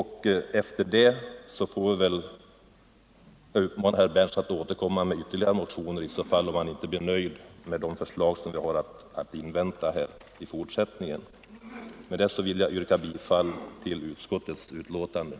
Herr Berndtson får väl därefter återkomma med ytterligare motioner om han inte blir nöjd med de förslag som vi har att invänta. Herr talman! Med detta yrkar jag bifall till utskottets hemställan.